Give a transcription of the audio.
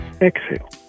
exhale